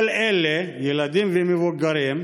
כל אלה, ילדים ומבוגרים,